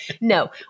No